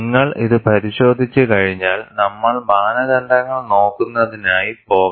നിങ്ങൾ ഇത് പരിശോധിച്ചുകഴിഞ്ഞാൽ നമ്മൾ മാനദണ്ഡങ്ങൾ നോക്കുന്നതിനായി പോകണം